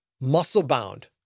muscle-bound